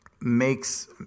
makes